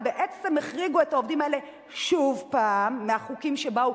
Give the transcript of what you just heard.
אבל בעצם החריגו את העובדים האלה שוב הפעם מהחוקים שבאו,